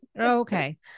Okay